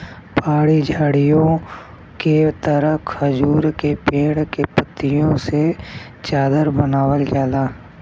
पहाड़ी झाड़ीओ के तरह खजूर के पेड़ के पत्तियों से चादर बनावल जाला